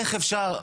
איך אפשר.